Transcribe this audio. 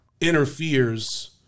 interferes